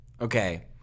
Okay